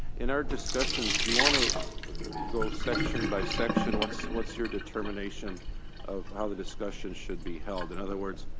in our discussions, do you want to go section by section? what's what's your determination of how the discussion should be held? in other words,